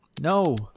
No